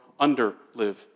underlive